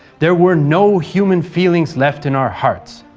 there were no human feelings left in our hearts.